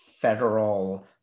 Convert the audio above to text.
federal